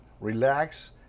relax